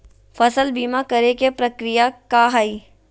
फसल बीमा करे के प्रक्रिया का हई?